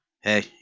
Hey